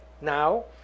Now